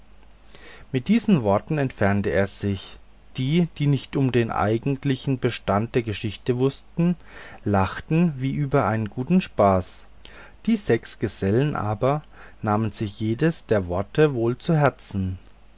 mit diesen worten entfernte er sich die die nicht um den eigentlichen bestand der geschichte wußten lachten wie über einen guten spaß die sechs gesellen aber nahmen sich jedes der worte wohl zu herzen